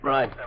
Right